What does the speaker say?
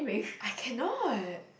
I cannot